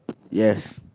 yes